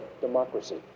democracy